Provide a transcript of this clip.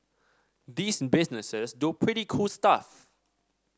these businesses do pretty cool stuff